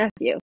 nephew